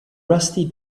rusty